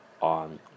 on